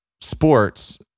sports